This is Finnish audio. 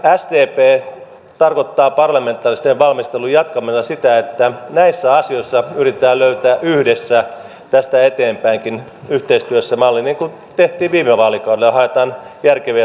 sdp tarkoittaa parlamentaarisen valmistelun jatkamisella sitä että näissä asioissa yritetään löytää yhdessä tästä eteenpäinkin yhteistyössä maaliin niin kuin tehtiin viime vaalikaudella ja haetaan järkeviä ratkaisuja